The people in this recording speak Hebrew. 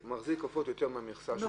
אתה מחזיק עופות יותר מהמכסה שנקבעה לך.